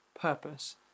purpose